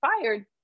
fired